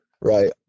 right